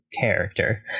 character